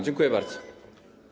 Dziękuję bardzo.